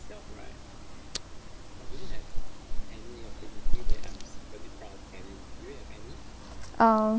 um